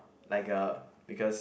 like a because